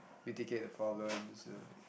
mitigate the problems you know like